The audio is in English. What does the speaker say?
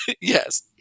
Yes